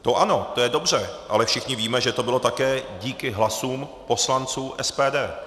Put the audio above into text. To ano, to je dobře, ale všichni víme, že to bylo také díky hlasům poslanců SPD.